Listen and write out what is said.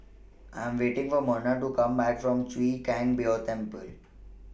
I Am waiting For Merna to Come Back from Chwee Kang Beo Temple